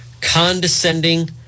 condescending